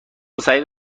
سعید